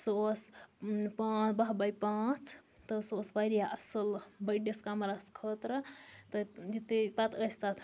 سُہ اوس باہہ باے پانٛژھ تہٕ سُہ اوس واریاہ اصل بٔڑِس کَمرَس خٲطرٕ تہٕ یُتھُے پَتہٕ ٲسۍ تتھ